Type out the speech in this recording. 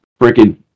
freaking